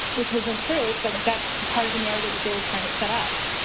which wasn't true, but that's part of the narrative that they were trying to set up,